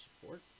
support